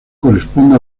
corresponde